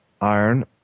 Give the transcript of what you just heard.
iron